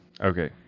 Okay